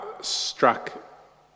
struck